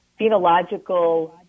phenological